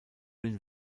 den